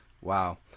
wow